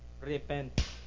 repent